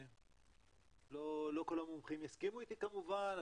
לא כל המומחים יסכימו איתי כמובן,